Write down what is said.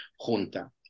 junta